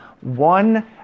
one